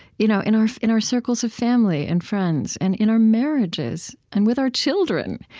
you know in our in our circles of family and friends, and in our marriages, and with our children,